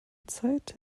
zeit